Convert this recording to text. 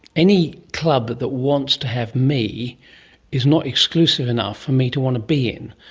any club that wants to have me is not exclusive enough for me to want to be in,